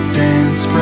dance